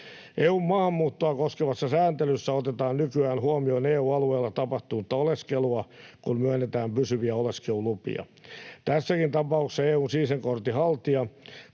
EU:n maahanmuuttoa koskevassa sääntelyssä otetaan nykyään huomioon EU-alueella tapahtunut oleskelu, kun myönnetään pysyviä oleskelulupia. Tässäkin tapauksessa EU:n sinisen kortin haltija,